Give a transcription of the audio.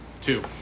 Two